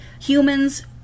humans